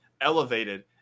elevated